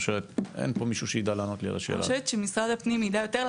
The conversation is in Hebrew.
אני חושבת שמשרד הפנים יידע יותר.